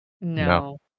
No